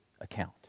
account